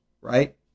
right